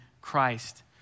Christ